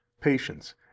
patience